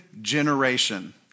generation